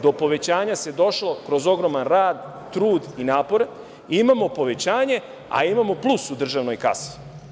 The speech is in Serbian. Do povećanja se došlo kroz ogroman rad, trud i napor, i imamo povećanje, a imamo plus u državnoj kasi.